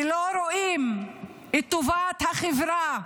ולא רואים את טובת החברה,